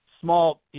small